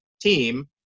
team